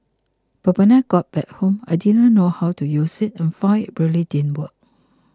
but when I got back home I didn't know how to use it and found it really didn't work